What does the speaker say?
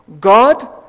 God